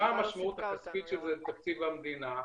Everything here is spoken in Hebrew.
מה המשמעות על התקציב, שזה תקציב המדינה?